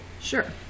sure